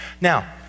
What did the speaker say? Now